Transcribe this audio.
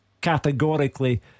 categorically